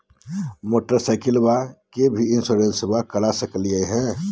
मोटरसाइकिलबा के भी इंसोरेंसबा करा सकलीय है?